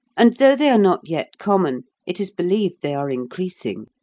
and, though they are not yet common, it is believed they are increasing.